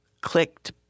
clicked